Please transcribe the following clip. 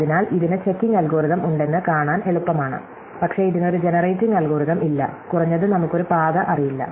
അതിനാൽ ഇതിന് checking algorithm ഉണ്ടെന്ന് കാണാൻ എളുപ്പമാണ് പക്ഷേ ഇതിന് ഒരു ജനറേറ്റിംഗ് അൽഗോരിതം ഇല്ല കുറഞ്ഞത് നമുക്ക് ഒരു പാത അറിയില്ല